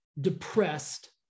depressed